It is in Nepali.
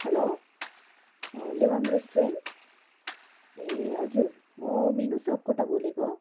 हेलो लिवङ रिस्टुरेन्ट ए हजुर मो मिनु सापकोटा बोलेको